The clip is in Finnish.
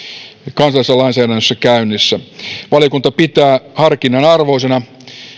kansallisessa lainsäädännössä käynnissä valiokunta pitää tällä alueella harkinnanarvoisina